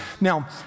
Now